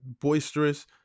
boisterous